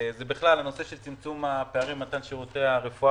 בכלל נושא צמצום הפערים במתן שירותי הרפואה